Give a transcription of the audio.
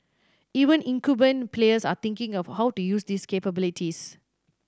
even incumbent players are thinking of how to use these capabilities